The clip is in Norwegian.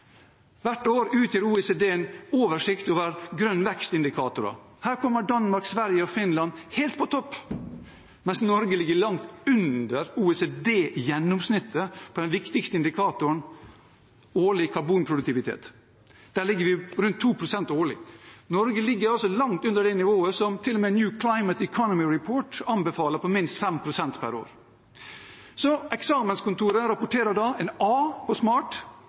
Hvert år utgir OECD en oversikt over grønne vekstindikatorer. Her kommer Danmark, Sverige og Finland helt på topp, mens Norge ligger langt under OECD-gjennomsnittet på den viktigste indikatoren, årlig karbonproduktivitet. Der ligger vi på rundt 2 pst. årlig. Norge ligger altså langt under det nivået som til og med New Climate Economy Report anbefaler, på minst 5 pst. per år. Så eksamenskontoret rapporterer da en A på